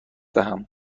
بدهم